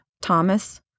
Thomas